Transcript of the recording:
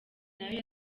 nayo